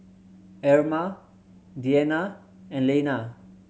Erma Deana and Lena